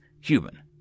human